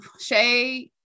shay